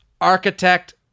Architect